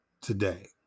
today